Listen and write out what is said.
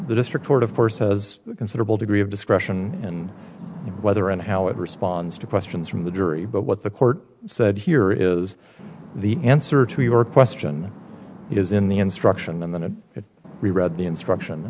the district court of course has a considerable degree of discretion and whether and how it responds to questions from the jury but what the court said here is the answer to your question is in the instruction and then it read the instruction